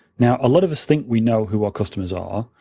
now, a lot of us think we know who our customers are.